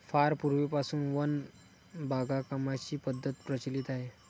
फार पूर्वीपासून वन बागकामाची पद्धत प्रचलित आहे